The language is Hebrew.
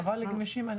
גמישים.